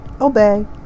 obey